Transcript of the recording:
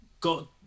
got